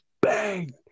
bang